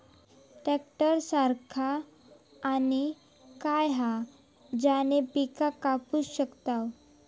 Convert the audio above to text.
Tractor सारखा आणि काय हा ज्याने पीका कापू शकताव?